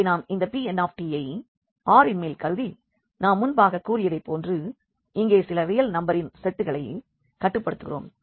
இங்கே நாம் இந்த Pn ஐ R இன் மேல் கருதி நான் முன்பாக கூறியதைப் போன்று இங்கே சில ரியல் நம்பரின் செட்களை கட்டுப்படுத்துகிறோம்